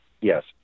Yes